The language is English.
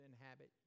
inhabit